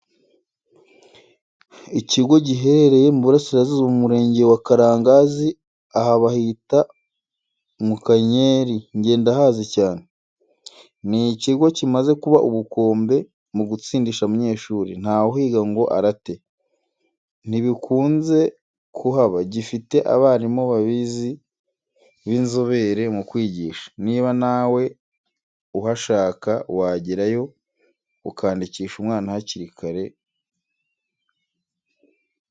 Ikigo giherereye mu burasirazuba mu murenge wa Karangazi, aha bahita Mukanyeri nge ndahazi cyane. Ni ikigo kimaze kuba ubukombe mu gutsindisha abanyeshuri, ntawuhiga ngo arate. Ntibikunze kuhaba gifite abarimu babizi b'inzobere mu kwigisha, niba nawe uhashaka wagerayo ukandikisha umwana hakiri imyanya.